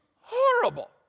Horrible